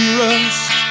rust